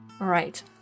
Right